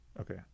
Okay